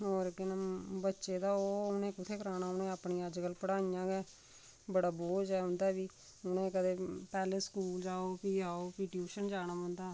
होर केह् नांऽ बच्चे ते उ'नें कुत्थैं कराना उ'नें अपनियां अज्जकल पढाइयां गै बड़ा बोझ ऐ उं'दा बी उ'नें कदें पैह्ले स्कूल जाओ फ्ही आओ फ्ही टयुशन बी जाना पौंदा